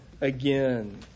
again